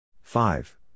Five